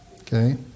Okay